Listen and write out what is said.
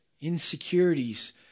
insecurities